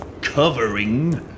covering